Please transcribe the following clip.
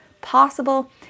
possible